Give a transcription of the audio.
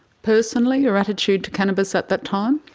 personally your attitude to cannabis at that time?